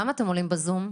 למה אתם עולים בזום?